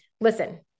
Listen